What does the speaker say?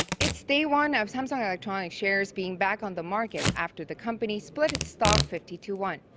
it's day one of samsung electronics' shares being back on the market after the company split its stock fifty to one.